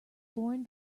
born